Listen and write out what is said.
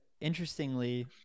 interestingly